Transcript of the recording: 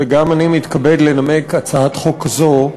וגם אני מתכבד לנמק הצעת חוק זו,